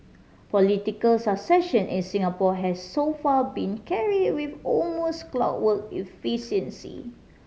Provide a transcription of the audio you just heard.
political succession in Singapore has so far been carried with almost clockwork efficiency